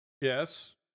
Yes